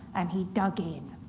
and he dug in.